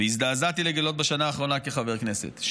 והזדעזעתי לגלות בשנה האחרונה כחבר כנסת?